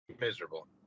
Miserable